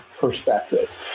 perspective